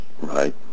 Right